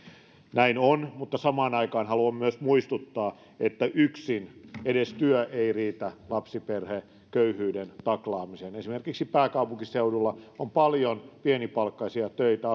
näin on mutta samaan aikaan haluan myös muistuttaa että edes työ ei yksin riitä lapsiperheköyhyyden taklaamiseen esimerkiksi pääkaupunkiseudulla on paljon pienipalkkaisia töitä